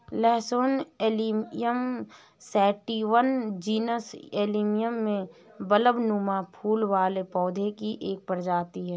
लहसुन allium sativum genus allium में बल्बनुमा फूल वाले पौधे की एक प्रजाति है